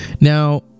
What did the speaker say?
Now